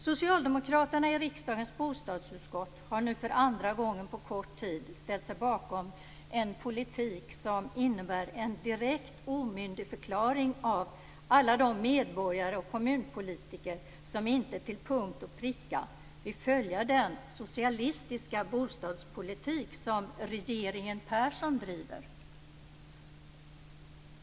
Socialdemokraterna i riksdagens bostadsutskott har nu för andra gången på kort tid ställt sig bakom en politik som innebär en direkt omyndigförklaring av alla de medborgare och kommunpolitiker som inte till punkt och pricka vill följa den socialistiska bostadspolitik som regeringen Persson driver.